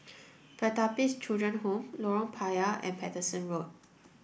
Pertapis Children Home Lorong Payah and Paterson Road